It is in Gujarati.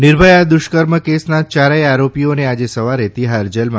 નિર્ભયા દુષ્કર્મ કેસના યારેય આરોપીઓને આજે સવારે તિહાર જેલમાં